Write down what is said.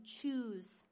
choose